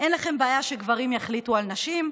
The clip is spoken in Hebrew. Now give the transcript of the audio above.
אין לכם בעיה שגברים יחליטו על נשים,